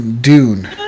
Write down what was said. Dune